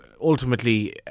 ultimately